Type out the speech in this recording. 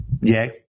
Yay